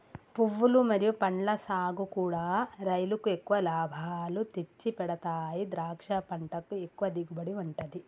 పువ్వులు మరియు పండ్ల సాగుకూడా రైలుకు ఎక్కువ లాభాలు తెచ్చిపెడతాయి ద్రాక్ష పంటకు ఎక్కువ దిగుబడి ఉంటది